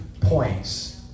points